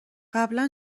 قبلا